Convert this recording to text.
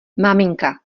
maminka